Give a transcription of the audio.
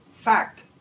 fact